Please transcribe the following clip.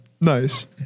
Nice